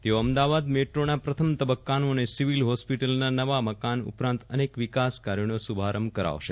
તેઓ અમદાવાદ મેટ્રોના પ્રથમ તબક્કાનું અને સિવિલ હોસ્પિટલના નવા મકાન ઉપરાંત અનેક વિકાસ કાર્યોનો શુભારંભ કરાવશે